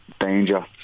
danger